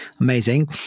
Amazing